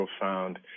profound